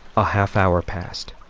a half hour past.